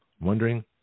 wondering